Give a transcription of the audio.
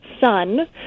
son